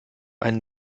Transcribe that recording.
einen